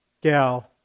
gal